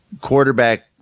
quarterback